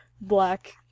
black